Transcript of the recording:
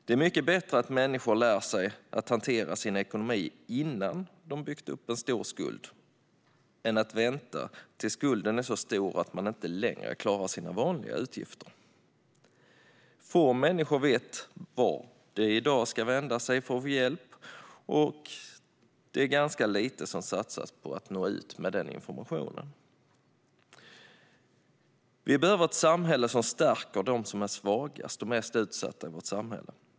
Det är mycket bättre att människor lär sig att hantera sin ekonomi innan de byggt upp en stor skuld än att vänta tills skulden är så stor att man inte längre klarar sina vanliga utgifter. Få människor vet vart de ska vända sig för att få hjälp, och det är ganska lite som satsas på att nå ut med informationen. Vi behöver ett samhälle som stärker de som är svagast och mest utsatta i vårt samhälle.